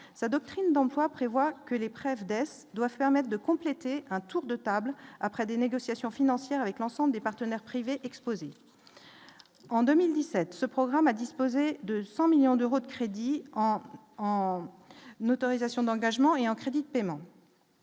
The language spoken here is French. sa doctrine d'emploi prévoit que les prev DES doivent permettent de compléter un tour de table, après des négociations financières avec l'ensemble des partenaires privés exposé en 2017 ce programme à disposer de 100 millions d'euros de crédit en en n'autorisations d'engagement et en crédits de paiement.